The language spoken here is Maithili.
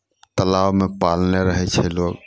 तालाबमे पालने रहै छै लोक